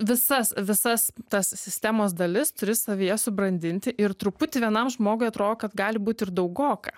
visas visas tas sistemos dalis turi savyje subrandinti ir truputį vienam žmogui atrodo kad gali būti ir daugoka